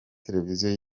televiziyo